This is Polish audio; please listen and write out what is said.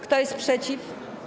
Kto jest przeciw?